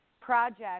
project